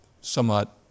somewhat